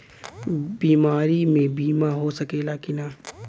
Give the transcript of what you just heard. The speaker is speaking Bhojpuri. बीमारी मे बीमा हो सकेला कि ना?